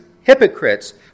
hypocrites